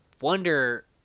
wonder